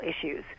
issues